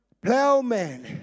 plowman